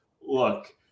look